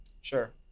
Sure